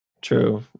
True